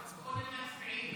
קודם מצביעים.